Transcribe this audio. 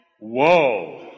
Whoa